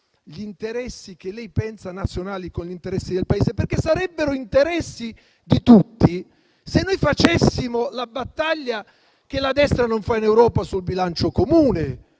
gli interessi che lei pensa siano nazionali con gli interessi del Paese. Sarebbero interessi di tutti se noi facessimo la battaglia che la destra non fa in Europa, ossia quella sul bilancio comune,